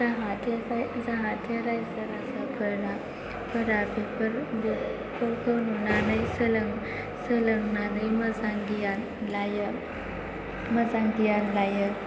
जाहाथे रायजो राजाफोरा बेफोरखौ नुनानै सोलोंनानै मोजां गियान लायो